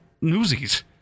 Newsies